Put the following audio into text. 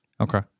Okay